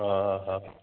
हा हा